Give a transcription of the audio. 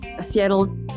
Seattle